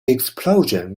explosion